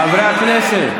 חברי הכנסת.